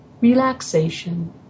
Relaxation